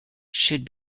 should